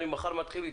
אני מחר מתחיל איתו.